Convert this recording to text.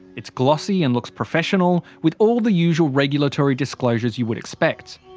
it's glossy and looks professional, with all the usual regulatory disclosures you would expect.